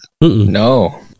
No